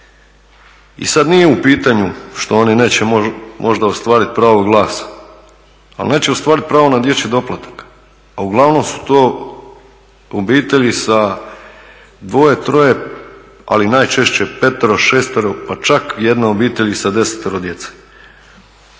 I sad nije u pitanju što oni neće možda ostvariti pravo glasa, ali neće ostvariti pravo na dječji doplatak, a uglavnom su to obitelji sa dvoje, troje, ali najčešće petero, šestero pa čak i jedna obitelj sa desetero djece.